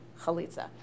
chalitza